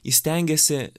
jis stengiasi